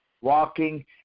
walking